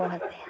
खहा जाया